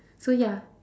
so ya